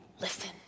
Listen